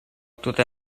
tute